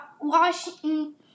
Washington